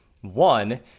one